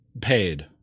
paid